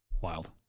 Wild